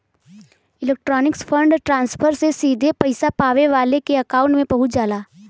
electronic fund transfer से सीधे पइसा पावे वाले के अकांउट में पहुंच जाला